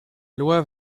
loi